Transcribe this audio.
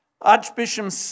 Archbishop